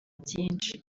byinshi